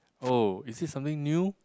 oh is it something new